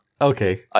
Okay